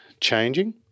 changing